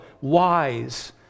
wise